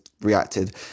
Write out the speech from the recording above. reacted